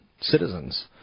citizens